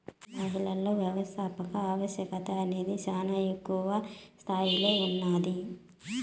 మహిళలలో వ్యవస్థాపకత ఆవశ్యకత అనేది శానా ఎక్కువ స్తాయిలో ఉన్నాది